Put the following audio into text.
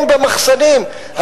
אין במחסנים.